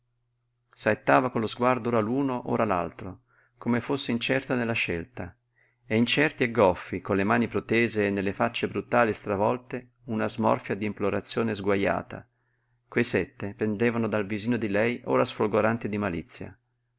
saettava con lo sguardo ora l'uno ora l'altro come fosse incerta nella scelta e incerti e goffi con le mani protese e nelle facce brutali e stravolte una smorfia d'implorazione sguajata quei sette pendevano dal visino di lei ora sfolgorante di malizia